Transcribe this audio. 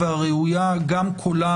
גם קולם